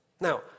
Now